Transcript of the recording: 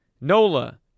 Nola